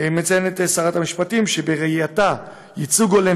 מציינת שרת המשפטים שבראייתה ייצוג הולם